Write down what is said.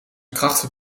krachten